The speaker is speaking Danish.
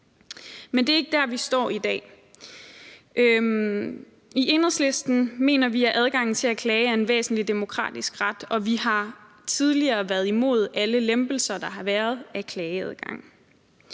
Men det er ikke der, vi står i dag. I Enhedslisten mener vi, at adgangen til at klage er en væsentlig demokratisk ret, og vi har tidligere været imod alle lempelser, der har været, af klageadgang.